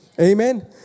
Amen